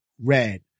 red